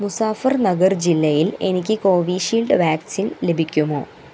മുസാഫർ നഗർ ജില്ലയിൽ എനിക്ക് Covishield vaccine ലഭിക്കുമോ